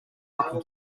hockey